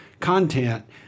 content